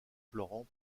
florent